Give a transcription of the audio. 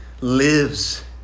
lives